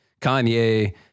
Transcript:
Kanye